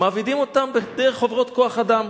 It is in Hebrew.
מעבידים אותם דרך חברות כוח-אדם.